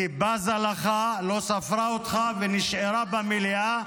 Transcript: היא בזה לך, לא ספרה אותך ונשארה במליאה.